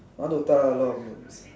now DOTA